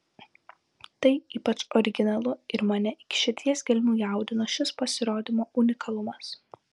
tai ypač originalu ir mane iki širdies gelmių jaudino šis pasirodymo unikalumas